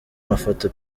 mafoto